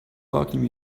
welcome